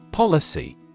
Policy